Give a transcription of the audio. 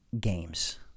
games